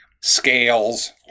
Scales